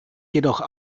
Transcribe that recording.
jedoch